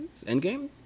Endgame